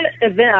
event